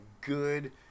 good